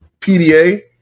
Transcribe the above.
PDA